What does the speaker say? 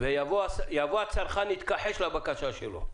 ויבוא הצרכן ויתכחש לבקשה שלו.